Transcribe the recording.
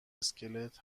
اسکلت